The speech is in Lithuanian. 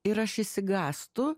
ir aš išsigąstu